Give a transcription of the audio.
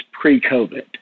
pre-COVID